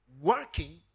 working